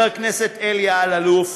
חבר הכנסת אלי אלאלוף.